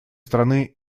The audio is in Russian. страны